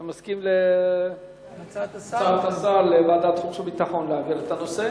אתה מסכים להצעת השר להעביר את הנושא